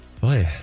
Boy